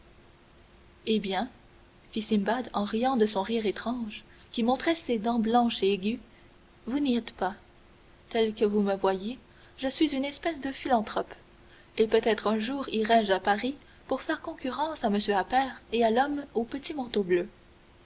eh bien fit simbad en riant de son rire étrange qui montrait ses dents blanches et aiguës vous n'y êtes pas tel que vous me voyez je suis une espèce de philanthrope et peut-être un jour irai-je à paris pour faire concurrence à m appert et à l'homme au petit manteau bleu